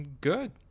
good